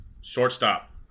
Shortstop